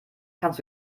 kannst